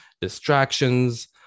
distractions